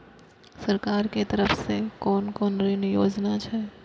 सरकार के तरफ से कोन कोन ऋण योजना छै?